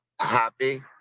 happy